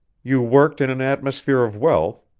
you worked in an atmosphere of wealth,